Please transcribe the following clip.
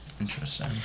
Interesting